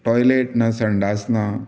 toilet ना संडास ना